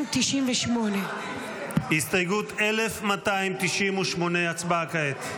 1298. הסתייגות 1298, הצבעה כעת.